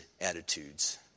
attitudes